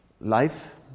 life